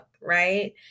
right